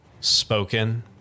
spoken